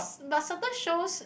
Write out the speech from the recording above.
but sometimes shows